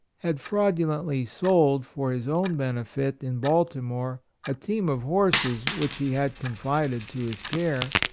had fraudu lently sold, for his own benefit, in baltimore, a team of horses which he had confided to his care,